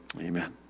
Amen